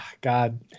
God